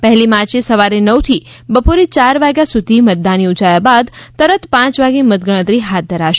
પહેલી માર્ચે સવારે નવથી બપોરે યાર વાગ્યા સુધી મતદાન યોજાયા બાદ તુરંત પાંચ વાગે મત ગણતરી હાથ ધરાશે